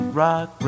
rock